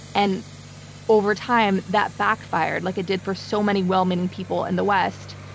and over time that backfired, like it did for so many well-meaning people in the west.